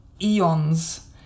eons